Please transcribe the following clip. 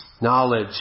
knowledge